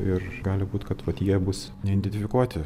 ir gali būt kad vat jie bus neidentifikuoti